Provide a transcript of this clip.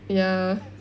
ya